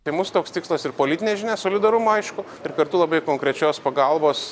tai mūsų toks tikslas ir politinė žinia solidarumo aišku ir kartu labai konkrečios pagalbos